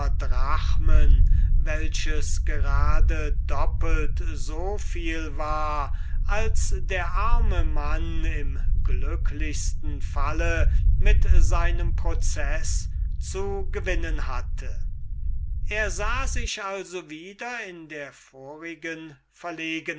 drachmen welches just doppelt so viel war als der arme teufel im glücklichsten falle mit seinem proceß zu gewinnen hatte er sah sich also wieder in der vorigen verlegenheit